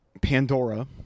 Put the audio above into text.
Pandora